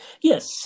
Yes